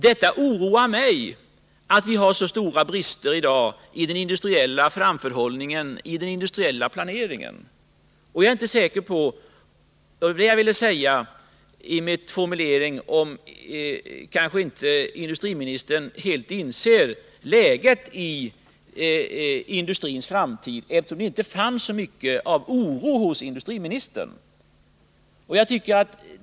Det oroar mig att vi har stora brister i dag i den industriella framförhållningen och planeringen. Och jag är inte säker på att industriministern helt inser läget för industrins framtid, eftersom det inte finns så mycket av oro hos industriministern.